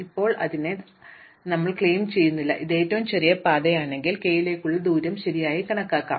ഞങ്ങൾ അതിനെ ആദരവോടെ ക്ലെയിം ചെയ്യുന്നില്ല ഇത് ഏറ്റവും ചെറിയ പാതയാണെങ്കിൽ k യിലേക്കുള്ള ദൂരം ശരിയായി കണക്കാക്കും